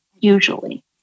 usually